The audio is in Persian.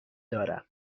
دارم